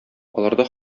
аларда